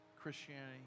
Christianity